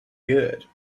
good